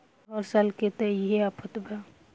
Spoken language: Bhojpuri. हर साल के त इहे आफत बा